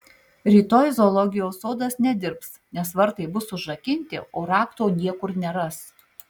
rytoj zoologijos sodas nedirbs nes vartai bus užrakinti o rakto niekur neras